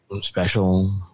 Special